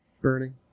burning